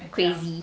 crazy